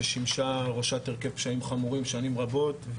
ששימשה ראשת הרכב פשעים חמורים שנים רבות,